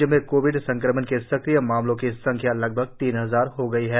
राज्य में कोविड संक्रमण के सक्रिय मामलों की संख्या लगभग तीन हजार हो गई है